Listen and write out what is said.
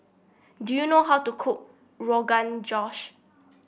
do you know how to cook Rogan Josh